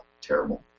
terrible